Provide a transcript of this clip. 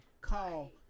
Call